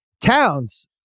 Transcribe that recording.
Towns